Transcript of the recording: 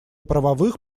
правовых